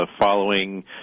following